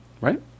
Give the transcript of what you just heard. right